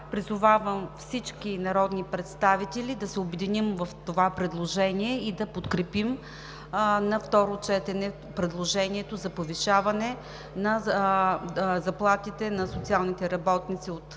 призовавам всички народни представители да се обединим в това предложение и да подкрепим на второ четене предложението за повишаване на заплатите на социалните работници от